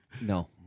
No